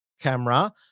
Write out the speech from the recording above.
camera